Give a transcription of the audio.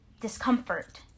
discomfort